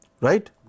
Right